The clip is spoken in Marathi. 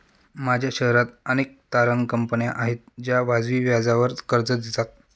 माझ्या शहरात अनेक तारण कंपन्या आहेत ज्या वाजवी व्याजावर कर्ज देतात